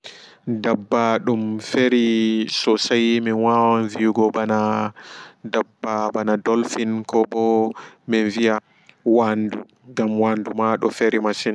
Gortooɗe waawan hefungo ɓe hakkilinta ɓe maɓɓe.